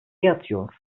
yatıyor